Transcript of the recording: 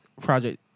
project